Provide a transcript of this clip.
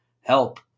help